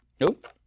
Nope